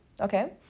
okay